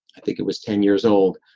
i think it was ten years old.